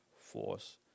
force